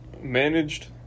managed